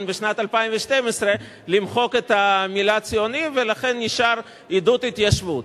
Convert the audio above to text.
בשנת 2012 למחוק את המלה "ציוני" ולכן נשאר: "עידוד התיישבות".